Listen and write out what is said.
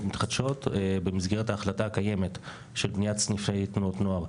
מתחדשות במסגרת ההחלטה הקיימת של בניית סניפי תנועות נוער,